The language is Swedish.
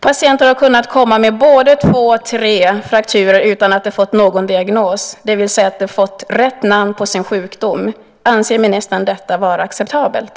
Patienter har kunnat komma med både två och tre frakturer utan att de fått någon diagnos, det vill säga rätt namn på sin sjukdom. Anser ministern detta vara acceptabelt?